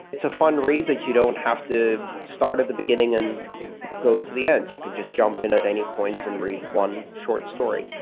it's a fun read that you don't have to start at the beginning and go to the end. you can just jump in at any point in and read one short story,